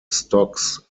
stocks